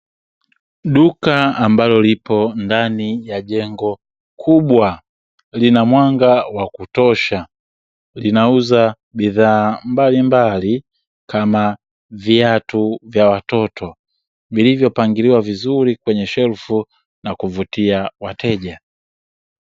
Duka ambalo lipo ndani ya jengo kubwa, lina mwanga wa kutosha, linauza bidhaa mbalimbali, kama viatu vya watoto vilivyopangiliwa vizuri kwenye shelfu, na kuvutia wateja.